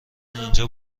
اینجا